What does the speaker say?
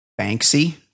Banksy